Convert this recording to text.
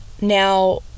now